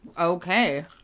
okay